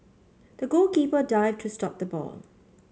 the goalkeeper dived to stop the ball